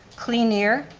clean air,